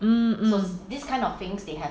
hmm hmm